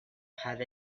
had